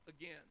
again